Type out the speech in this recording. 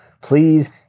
Please